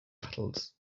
battles